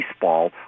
baseball